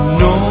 no